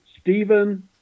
Stephen